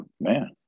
man